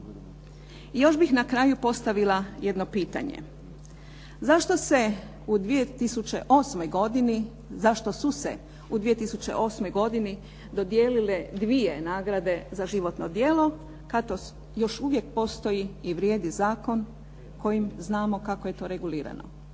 I još bih na kraju postavila jedno pitanje. Zašto su se u 2008. godini dodijelile dvije nagrade za životno djelo kad to još uvijek postoji i vrijedi zakon kojim znamo kako je to regulirano.